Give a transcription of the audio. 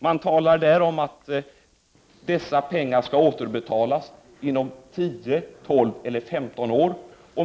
Man talar där om att dessa pengar skall återbetalas inom 10, 12 eller 15 år.